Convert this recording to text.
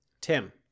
Tim